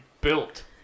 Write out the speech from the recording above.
built